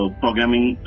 programming